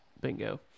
Bingo